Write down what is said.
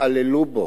והתעללו בו.